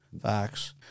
Facts